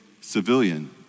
civilian